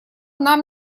нам